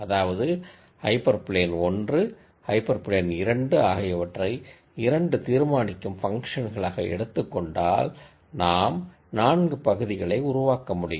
அதாவது hyperplane 1 hyperplane 2 ஆகியவற்றை 2 தீர்மானிக்கும் ஃபங்ஷன்களாக எடுத்துக்கொண்டால் நாம் 4 பகுதிகளை உருவாக்கமுடியும்